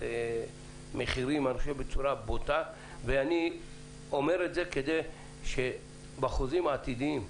מחירים בצורה בוטה ואני אומר את זה כדי שבחוזים העתידיים,